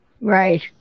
Right